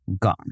gone